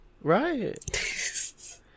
right